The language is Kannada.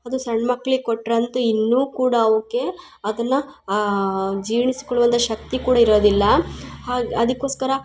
ಅದು ಸಣ್ಣ ಮಕ್ಳಿಗೆ ಕೊಟ್ರಂತು ಇನ್ನು ಕೂಡ ಅವ್ಕೆ ಅದನ್ನು ಜೀರ್ಣಿಸ್ಕೊಳ್ಳುವಂಥ ಶಕ್ತಿ ಕೂಡ ಇರೋದಿಲ್ಲ ಅದು ಅದಕೋಸ್ಕರ